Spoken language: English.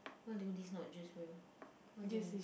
what do you mean this is not just real what do you mean